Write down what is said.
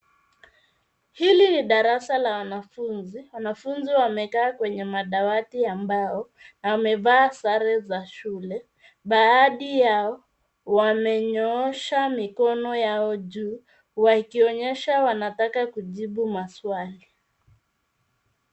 Hili ni darasa la wanafunzi. Wanafunzi wamekaa kwenye madawati ya mbao na wamevaa sare za shule. Baadhi yao wamenyoosha mikono yao juu wakionyesha wanataka kujibu maswali.